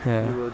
ya